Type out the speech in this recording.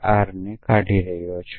R ને કાઢી રહ્યો છું